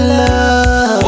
love